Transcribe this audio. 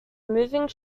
moving